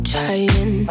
Trying